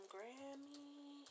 Grammy